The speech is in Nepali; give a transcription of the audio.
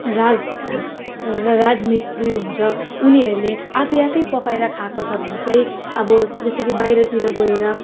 राज राजमिस्त्री हुन्छ उनीहरूले आफै आफै पकाएर खाएको छ भने चाहिँ अब जस्तो कि बाहिरतिर गएर